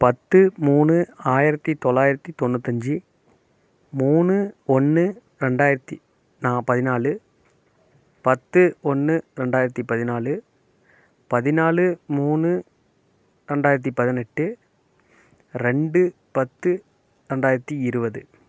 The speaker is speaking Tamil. பத்து மூணு ஆயிரத்தி தொள்ளாயிரத்தி தொண்ணூத்தஞ்சு மூணு ஒன்று ரெண்டாயிரத்தி நா பதினாலு பத்து ஒன்று ரெண்டாயிரத்தி பதினாலு பதினாலு மூணு ரெண்டாயிரத்தி பதினெட்டு ரெண்டு பத்து ரெண்டாயிரத்தி இருபது